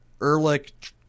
Ehrlich